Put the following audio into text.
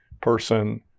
person